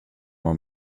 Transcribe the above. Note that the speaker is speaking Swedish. var